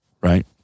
right